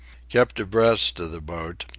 kept abreast of the boat,